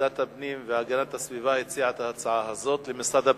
ועדת הפנים והגנת הסביבה הציעה את ההצעה הזאת למשרד הפנים.